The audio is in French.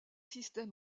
systèmes